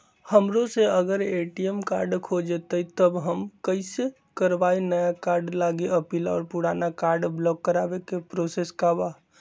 हमरा से अगर ए.टी.एम कार्ड खो जतई तब हम कईसे करवाई नया कार्ड लागी अपील और पुराना कार्ड ब्लॉक करावे के प्रोसेस का बा?